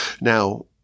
Now